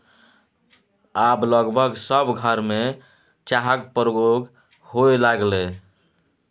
आब लगभग सभ घरमे चाहक प्रयोग होए लागलै